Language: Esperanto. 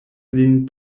lin